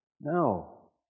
No